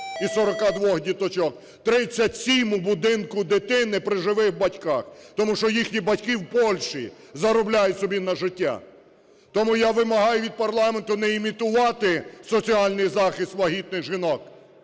із 42 діточок – 37 у будинку дитини при живих батьках. Тому що їхні батьки в Польщі заробляють собі на життя. Тому я вимагаю від парламенту не імітувати соціальний захист вагітних жінок,